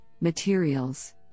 materials